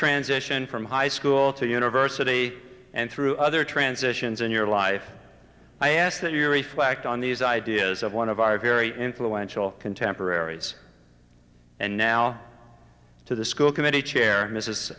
transition from high school to university and through other transitions in your life i ask that you reflect on these ideas of one of our very influential contemporaries and now to the school committee chair m